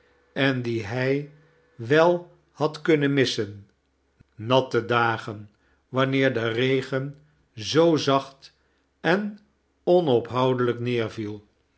en die hij wel had kunnen missen natte dagen wanneer de regen zoo zacht en onophoudelijk neerviel